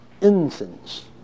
incense